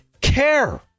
care